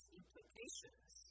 implications